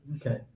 Okay